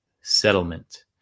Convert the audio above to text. settlement